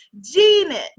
genius